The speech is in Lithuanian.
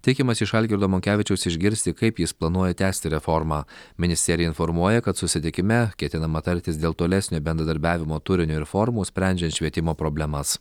tikimasi iš algirdo monkevičiaus išgirsti kaip jis planuoja tęsti reformą ministerija informuoja kad susitikime ketinama tartis dėl tolesnio bendradarbiavimo turinio ir formų sprendžiant švietimo problemas